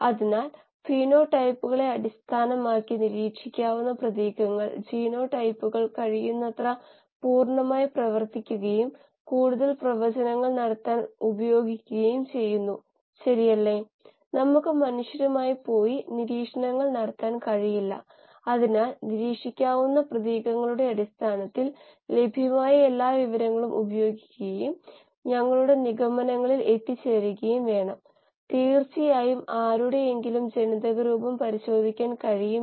അതിനാൽ എന്താണ് സംഭവിക്കുന്നതെന്ന് നമ്മൾ അറിയാൻ പോകുന്നു അല്ലെങ്കിൽ ഒരു ബയോറിയാക്ടറിലെ കോശങ്ങൾക്കുള്ളിൽ എന്താണ് സംഭവിക്കുന്നതെന്നും ബയോ റിയാക്ടറുകൾ മികച്ച പ്രകടനം കാഴ്ചവയ്ക്കുന്നതിന് അവയിൽ ചിലത് എങ്ങനെ ഉപയോഗിക്കാമെന്നും പരിശോധിക്കാൻ പോകുന്നു